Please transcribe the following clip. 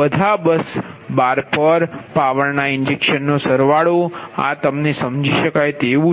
બધા bus bar પર પાવરના ઇન્જેક્શનનો સરવાળો આ તમને સમજી શકાય તેવું છે